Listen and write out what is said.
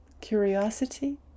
curiosity